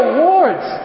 Awards